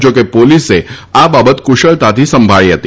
જા કે પોલીસે આ બાબત કુશળતાથી સંભાળી હતી